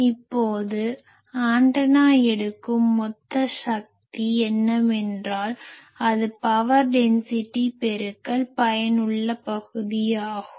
இப்போது ஆண்டனா எடுக்கும் மொத்த சக்தி என்னவென்றால் அது பவர் டென்சிட்டி பெருக்கல் பயனுள்ள பகுதி ஆகும்